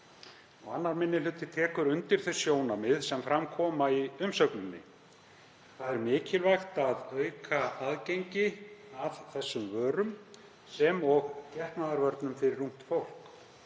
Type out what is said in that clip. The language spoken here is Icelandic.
Annar minni hluti tekur undir þau sjónarmið sem fram koma í umsögninni. Mikilvægt er að auka aðgengi að þessum vörum sem og getnaðarvörnum fyrir ungt fólk.